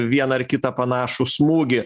vieną ar kitą panašų smūgį